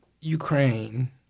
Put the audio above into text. Ukraine